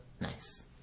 Nice